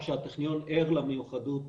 שהטכניון ער למיוחדות